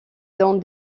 donne